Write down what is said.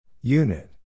Unit